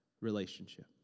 Relationship